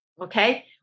okay